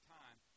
time